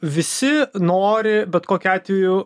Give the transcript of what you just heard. visi nori bet kokiu atveju